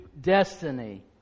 destiny